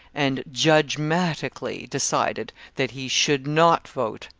and judgmatically decided that he should not vote!